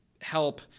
help